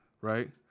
Right